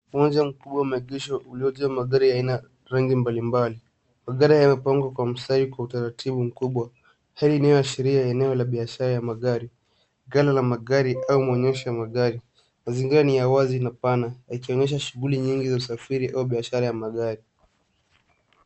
Uwanja mkubwa wa maegesho uliojaa magari aina rangi mbalimbali. Magari haya yamepangwa kwa mstari kwa utaratibu mkubwa hali inayoashiria eneo la biashara la magari, ghala la magari au onyesho ya magari. Mazingira ni ya wazi na pana yakionyesha shuguli nyingi za usafiri au biashara ya magari.